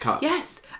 Yes